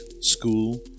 school